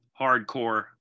Hardcore